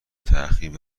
تحقیق